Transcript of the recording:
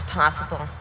possible